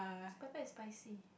pepper is spicy